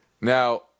Now